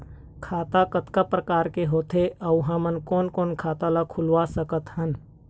खाता कतका प्रकार के होथे अऊ हमन कोन कोन खाता खुलवा सकत हन?